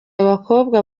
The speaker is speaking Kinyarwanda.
abakobwa